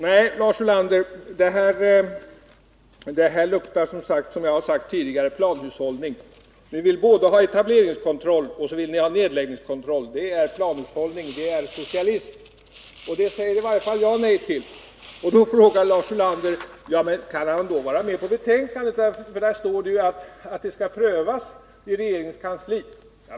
Nej, Lars Ulander, det här luktar som sagt planhushållning. Ni vill ha både etableringskontroll och nedläggningskontroll. Det är planhushållning och socialism, och det säger i varje fall jag nej till. Då frågar Lars Ulander: Ja, men kan han då ställa sig bakom utskottsmajoritetens skrivning, där det ju står att det skall bli en prövning i regeringens kansli?